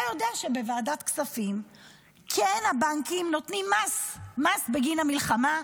אתה יודע שבוועדת הכספים הבנקים נותנים מס בגין המלחמה,